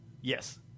Yes